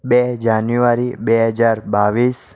બે જાન્યુઆરી બે હજાર બાવીસ